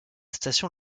station